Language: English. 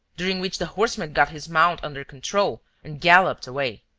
during which the horseman got his mount under control and galloped away.